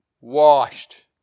washed